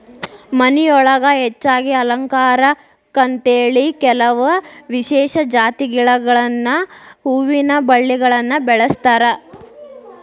ಮನಿಯೊಳಗ ಹೆಚ್ಚಾಗಿ ಅಲಂಕಾರಕ್ಕಂತೇಳಿ ಕೆಲವ ವಿಶೇಷ ಜಾತಿ ಗಿಡಗಳನ್ನ ಹೂವಿನ ಬಳ್ಳಿಗಳನ್ನ ಬೆಳಸ್ತಾರ